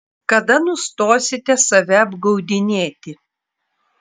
kada nustosite save apgaudinėti